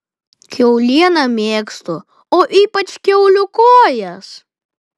kiaulieną mėgstu o ypač kiaulių kojas